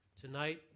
tonight